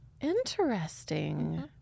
Interesting